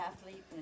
athlete